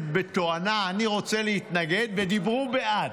בתואנה "אני רוצה להתנגד" ודיברו בעד.